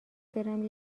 برم